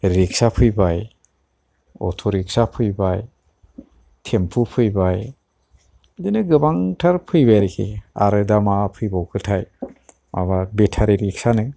rickshaw फैबाय अट'रिक्सा फैबाय टेमप' फैबाय बिदिनो गोबांथार फैबाय आरोखि आरो दा मा फैबावखोथाय माबा बेटारि रिक्सानो